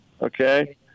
okay